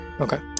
Okay